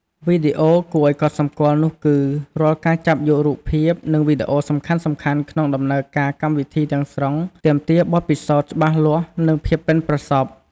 វីដេអូដែលគួរឲ្យកត់សម្គាល់នោះគឺ រាល់ការចាប់យករូបភាព និងវីដេអូសំខាន់ៗក្នុងដំណើរការកម្មវិធីទាំងស្រុង ទាមទារបទពិសោធន៍ច្បាស់លាស់ និងភាពប៉ិនប្រសប់។